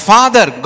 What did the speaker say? Father